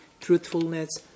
truthfulness